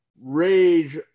rage